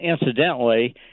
incidentally